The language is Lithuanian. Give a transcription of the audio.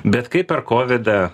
bet kaip per kovidą